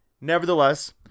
nevertheless